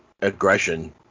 Aggression